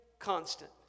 constant